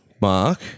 Mark